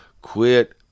quit